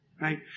Right